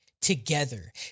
together